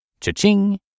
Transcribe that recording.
Cha-ching